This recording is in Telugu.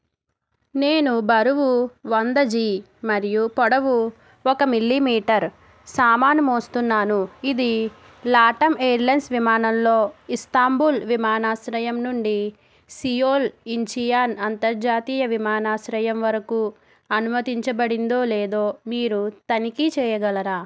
నేను బరువు వంద జీ మరియు పొడవు ఒక మిల్లీమీటర్ సామాను మోస్తున్నాను ఇది లాటమ్ ఎయిర్లైన్స్ విమానంలో ఇస్తాంబుల్ విమానాశ్రయం నుండి సియోల్ ఇంచియాన్ అంతర్జాతీయ విమానాశ్రయం వరకు అనుమతించబడిందో లేదో మీరు తనిఖీ చేయగలరా